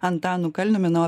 antanu kalniumi na o